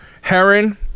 Heron